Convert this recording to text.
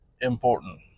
important